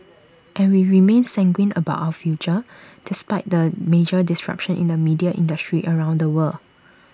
and we remain sanguine about our future despite the major disruptions in the media industry around the world